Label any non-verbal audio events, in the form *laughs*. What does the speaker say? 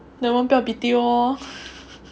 then 我们不要 B_T_O lor *laughs*